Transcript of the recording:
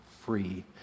free